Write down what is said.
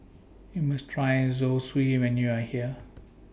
YOU must Try Zosui when YOU Are here